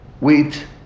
wheat